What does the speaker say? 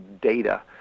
data